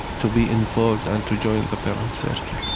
to be involved and to join the parents circle.